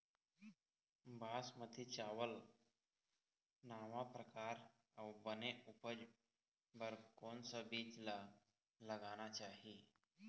बासमती चावल नावा परकार अऊ बने उपज बर कोन सा बीज ला लगाना चाही?